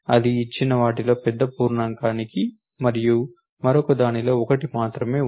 ఇది ఇచ్చిన వాటిలో పెద్ద పూర్ణాంకానికి మరియు మరొకదానిలో 1 మాత్రమే ఉంది